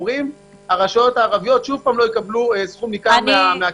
הרשויות הערביות שוב לא יקבלו סכום ניכר מהכסף.